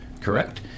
correct